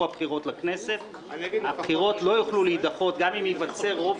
הבחירות להכנסת הבחירות לא יוכלו להידחות גם אם ייווצר רוב